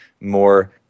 more